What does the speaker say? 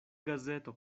gazeto